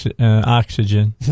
oxygen